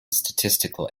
statistical